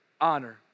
honor